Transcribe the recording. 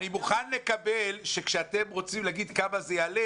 אני מוכן לקבל שכשאתם רוצים להגיד כמה זה יעלה,